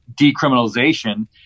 decriminalization